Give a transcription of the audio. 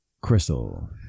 Crystal